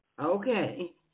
okay